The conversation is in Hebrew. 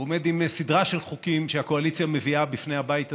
הוא עומד עם סדרה של חוקים שהקואליציה מביאה בפני הבית הזה,